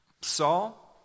Saul